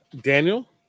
Daniel